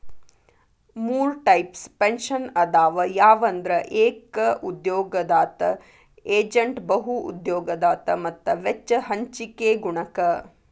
ಮೂರ್ types pension ಅದಾವ ಯಾವಂದ್ರ ಏಕ ಉದ್ಯೋಗದಾತ ಏಜೇಂಟ್ ಬಹು ಉದ್ಯೋಗದಾತ ಮತ್ತ ವೆಚ್ಚ ಹಂಚಿಕೆ ಗುಣಕ